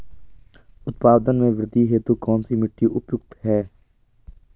उत्पादन में वृद्धि हेतु कौन सी मिट्टी उपयुक्त है?